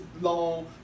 long